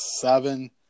seven